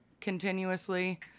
continuously